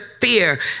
fear